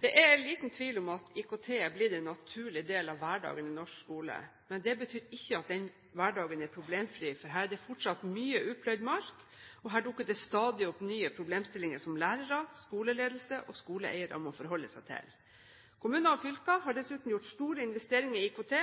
Det er liten tvil om at IKT er blitt en naturlig del av hverdagen i norsk skole. Men det betyr ikke at denne hverdagen er problemfri, for her er det fortsatt mye upløyd mark, og her dukker det stadig opp nye problemstillinger som lærere, skoleledelse og skoleeiere må forholde seg til. Kommuner og fylker har dessuten gjort store investeringer i IKT,